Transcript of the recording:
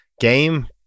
game